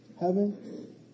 heaven